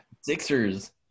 Sixers